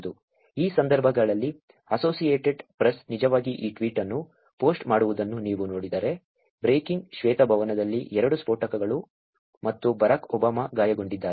ಈ ಸಂದರ್ಭದಲ್ಲಿ associated press ನಿಜವಾಗಿ ಈ ಟ್ವೀಟ್ ಅನ್ನು ಪೋಸ್ಟ್ ಮಾಡುವುದನ್ನು ನೀವು ನೋಡಿದರೆ ಬ್ರೇಕಿಂಗ್ ಶ್ವೇತಭವನದಲ್ಲಿ ಎರಡು ಸ್ಫೋಟಗಳು ಮತ್ತು ಬರಾಕ್ ಒಬಾಮಾ ಗಾಯಗೊಂಡಿದ್ದಾರೆ